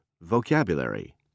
vocabulary